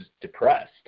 depressed